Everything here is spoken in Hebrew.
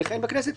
לכהן בכנסת,